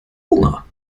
hunger